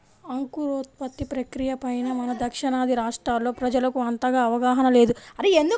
అంకురోత్పత్తి ప్రక్రియ పైన మన దక్షిణాది రాష్ట్రాల్లో ప్రజలకు అంతగా అవగాహన లేదు